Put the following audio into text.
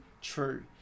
true